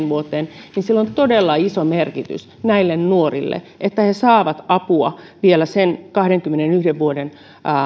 vuoteen sillä on todella iso merkitys näille nuorille että he he saavat apua vielä sen kahdenkymmenenyhden vuoden